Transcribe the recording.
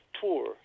tour